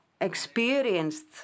experienced